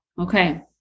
okay